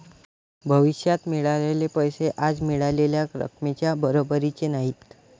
भविष्यात मिळालेले पैसे आज मिळालेल्या रकमेच्या बरोबरीचे नाहीत